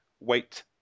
wait